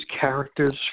characters